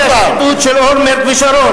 שתקה והתעלמה מפרשיות השחיתות של אולמרט ושרון.